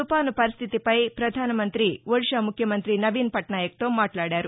తుపాను పరిస్వితిపై ప్రధానమంతి ఒడిషా ముఖ్యమంతి నవీన్ పట్నాయక్తో మాట్లాడారు